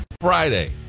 Friday